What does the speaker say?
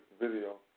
video